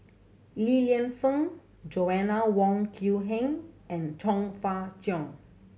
Li Lienfung Joanna Wong Quee Heng and Chong Fah Cheong